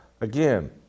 Again